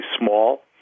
small